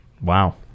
Wow